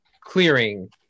clearing